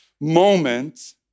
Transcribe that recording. moment